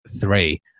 three